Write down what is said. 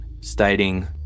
stating